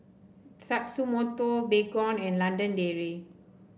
Tatsumoto Baygon and London Dairy